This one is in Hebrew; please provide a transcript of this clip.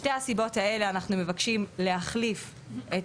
משתי הסיבות האלה אנחנו מבקשים להחליף את